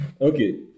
Okay